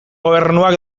gobernuak